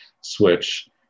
Switch